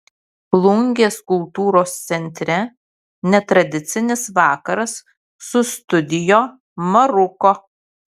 plungės kultūros centre netradicinis vakaras su studio maruko